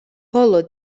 ბოლო